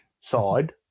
side